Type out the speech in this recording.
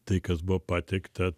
tai kas buvo pateikta